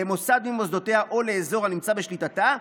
למוסד ממוסדותיה או לאזור הנמצא בשליטתה,